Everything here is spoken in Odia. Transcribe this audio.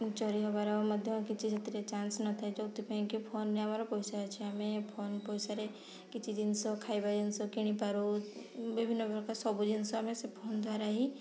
ଚୋରି ହେବାର ମଧ୍ୟ କିଛି ସେଥିରେ ଚାନ୍ସ ନଥାଏ ଯୋଉଥି ପାଇଁ କି ଫୋନ୍ରେ ଆମର ପଇସା ଅଛି ଆମେ ଫୋନ୍ ପଇସାରେ କିଛି ଜିନିଷ ଖାଇବା ଜିନିଷ କିଣି ପାରୁ ବିଭିନ୍ନ ପ୍ରକାର ସବୁ ଜିନିଷ ଆମେ ସେଇ ଫୋନ୍ ଦ୍ଵାରା ହିଁ